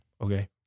Okay